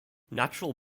natural